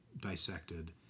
dissected